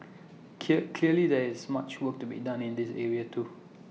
clear clearly there is much work to be done in this area too